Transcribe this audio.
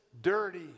dirty